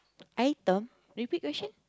item repeat question